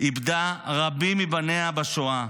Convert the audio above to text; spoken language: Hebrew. איבדה רבים מבניה בשואה.